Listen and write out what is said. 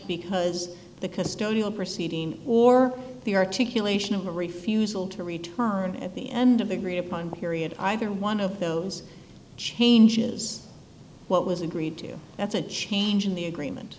because the custodial proceeding or the articulation of marie fusil to return at the end of the agreed upon period either one of those changes what was agreed to that's a change in the agreement